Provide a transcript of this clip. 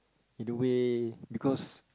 in a way because